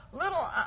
little